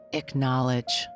acknowledge